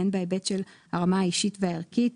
והן בהיבט של הרמה האישית והערכית,